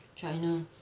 china